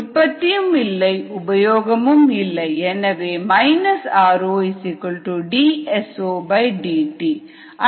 உற்பத்தியும் இல்லை உபயோகமும் இல்லை எனவே r0 dS0dt